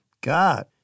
god